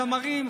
זמרים,